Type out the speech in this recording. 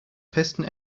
piston